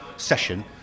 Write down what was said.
session